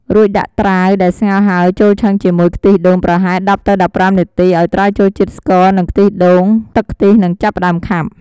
រួច ដាក់ត្រាវដែលស្ងោរហើយចូលឆឹងជាមួយខ្ទិះដូងប្រហែល ១០ ទៅ១៥ នាទីឱ្យត្រាវចូលជាតិស្ករនិងខ្ទិះដូង។ ទឹកខ្ទិះនឹងចាប់ផ្ដើមខាប់។